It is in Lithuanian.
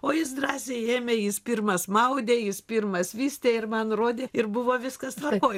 o jis drąsiai ėmė jis pirmas maudė jis pirmas vystė ir man rodė ir buvo viskas tvarkoj